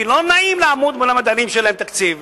כי לא נעים לעמוד מול המדענים שאין להם תקציב.